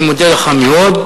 אני מודה לך מאוד.